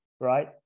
right